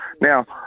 Now